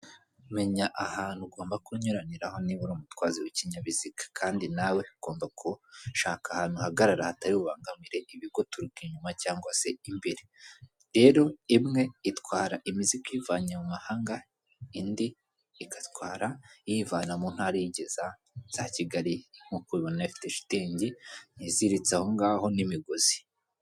Menya ahantu ugomba kunyuraniraho niba uri umutwazi w'ikinyabiziga kandi nawe ugomba gushaka ahantu uhagarara hatari bubangamire ibiguturuka inyuma cyangwa se imbere, rero imwe itwara imizigo iyivanye mu mahanga indi igatwara iyivana mu ntara iy'ingeza za Kigali nk'uko ubibona ifite shitingi iziritse aho ngaho n'imigozi.